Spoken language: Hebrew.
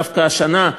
דווקא השנה,